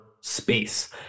space